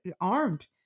armed